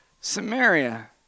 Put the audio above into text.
Samaria